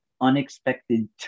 unexpected